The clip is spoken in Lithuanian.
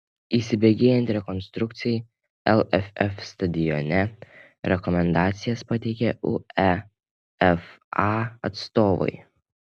įsibėgėjant rekonstrukcijai lff stadione rekomendacijas pateikė uefa atstovai